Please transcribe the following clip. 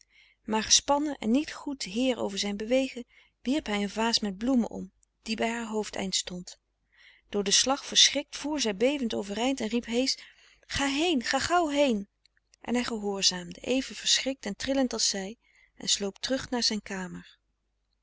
maar gespannen en niet goed heer over zijn bewegen wierp hij een vaas met bloemen om die bij haar hoofdeind stond door den slag verschrikt voer zij bevend overeind en riep heesch ga heen ga gauw heen en hij gehoorzaamde even verschrikt en trilllend als zij en sloop terug naar zijn kamer